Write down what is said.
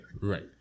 Right